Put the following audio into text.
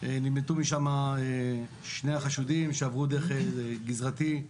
נמלטו משם שני החשודים שעברו דרך גזרתי,